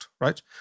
right